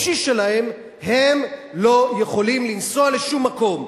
הם לא יכולים לנסוע לשום מקום.